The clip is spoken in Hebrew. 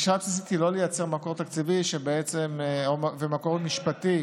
לייצר מקור תקציבי ומקור משפטי